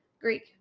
Greek